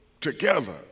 together